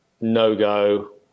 no-go